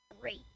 Great